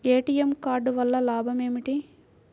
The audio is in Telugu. ఏ.టీ.ఎం కార్డు వల్ల లాభం ఏమిటి?